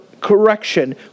correction